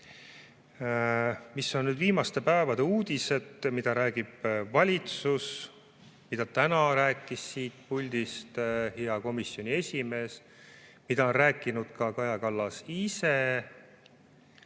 Mis on viimaste päevade uudised? Mida räägib valitsus? Mida täna rääkis siit puldist hea komisjoni esimees ja mida on rääkinud ka Kaja Kallas ise?